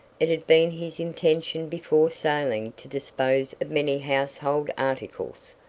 it had been his intention before sailing to dispose of many household articles,